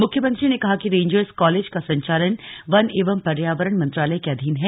मुख्यमंत्री ने कहा कि रेंजर्स कालेज का संचालन वन एवं पर्यावरण मंत्रालय के अधीन है